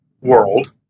world